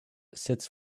sits